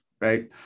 right